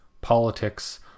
politics